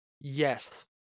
Yes